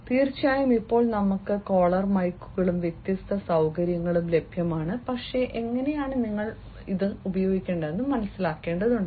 തീർച്ചയായും ഇപ്പോൾ നമ്മൾക്ക് കോളർ മൈക്കുകളും വ്യത്യസ്ത സകര്യങ്ങളും ലഭ്യമാണ് പക്ഷേ എങ്ങനെയെന്ന് നിങ്ങൾ മനസിലാക്കേണ്ടതുണ്ട്